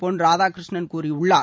பொன்ராதாகிருஷ்ணன் கூறியுள்ளார்